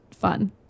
fun